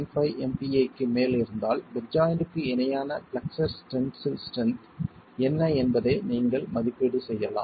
15 MPa க்கு மேல் இருந்தால் பெட் ஜாய்ண்ட்க்கு இணையான பிளெக்ஸ்ஸர் டென்சில் ஸ்ட்ரென்த் என்ன என்பதை நீங்கள் மதிப்பீடு செய்யலாம்